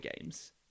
games